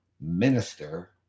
minister